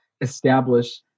establish